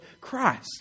Christ